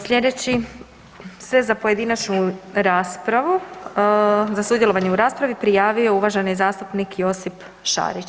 Sljedeći se za pojedinačnu raspravu za sudjelovanje u raspravi prijavo uvaženi zastupnik Josip Šarić.